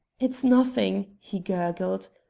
it is nothing! he gurgled.